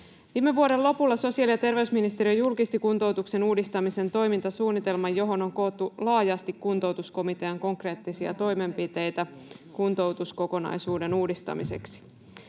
Viime vuoden lopulla sosiaali- ja terveysministeriö julkisti kuntoutuksen uudistamisen toimintasuunnitelman, johon on koottu laajasti kuntoutuskomitean konkreettisia toimenpiteitä kuntoutuskokonaisuuden uudistamiseksi.